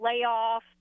layoff